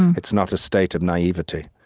it's not a state of naivete.